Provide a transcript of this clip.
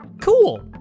Cool